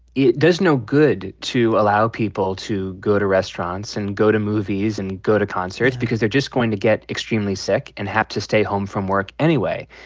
it does no good to allow people to go to restaurants and go to movies and go to concerts because they're just going to get extremely sick and have to stay home from work anyway.